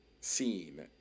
scene